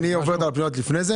אני עובר על הפניות לפני זה.